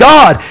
God